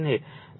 52 Ω મળશે